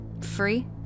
free